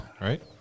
Right